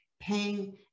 paying